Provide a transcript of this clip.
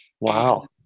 Wow